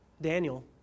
Daniel